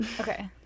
Okay